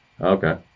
Okay